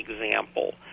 example